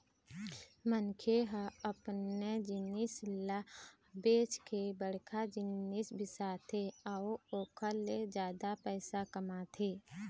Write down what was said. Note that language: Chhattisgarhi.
मनखे ह अपने जिनिस ल बेंच के बड़का जिनिस बिसाथे अउ ओखर ले जादा पइसा कमाथे